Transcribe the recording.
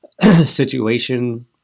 situation